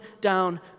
down